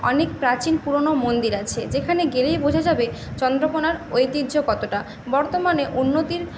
অনেক প্রাচীন পুরনো মন্দির আছে যেখানে গেলেই বোঝা যাবে চন্দ্রকোনার ঐতিহ্য কতটা বর্তমানে উন্নতির